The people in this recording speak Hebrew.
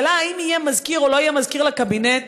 ועלתה השאלה אם יהיה מזכיר או לא יהיה מזכיר לקבינט,